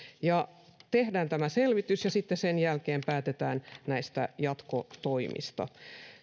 tehdään tämä selvitys ja sitten sen jälkeen päätetään jatkotoimista